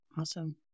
Awesome